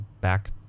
back